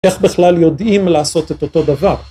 איך בכלל יודעים לעשות את אותו דבר